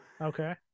okay